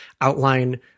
outline